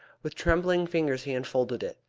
with trembling fingers he unfolded it.